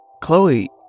Chloe